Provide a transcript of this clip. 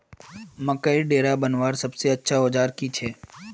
मकईर डेरा बनवार सबसे अच्छा औजार की छे?